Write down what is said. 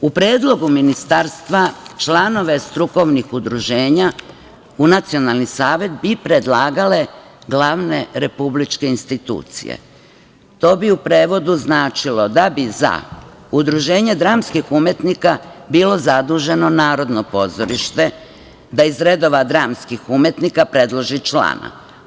U predlogu Ministarstva članove strukovnih udruženja u Nacionalni savet bi predlagale glavne republičke institucije, to bi u prevodu značilo da bi za Udruženje dramskih umetnika bilo zaduženo Narodno pozorište da iz redova dramskih umetnika predloži člana.